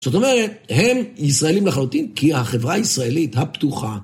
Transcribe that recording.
זאת אומרת, הם ישראלים לחלוטין כי החברה הישראלית הפתוחה.